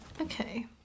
Okay